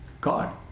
God